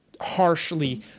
harshly